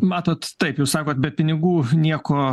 matot taip jūs sakot be pinigų nieko